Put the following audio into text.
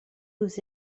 aux